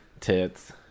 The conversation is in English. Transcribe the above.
Tits